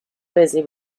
busy